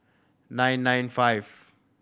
nine nine five